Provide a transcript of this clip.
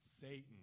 Satan